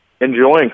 enjoying